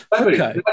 Okay